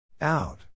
Out